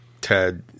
Ted